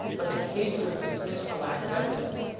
but the case was dismissed for lack of evidence.